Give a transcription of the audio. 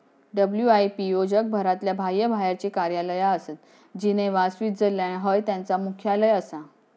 WIPO जगभरात बाह्यबाहेरची कार्यालया आसत, जिनेव्हा, स्वित्झर्लंड हय त्यांचा मुख्यालय आसा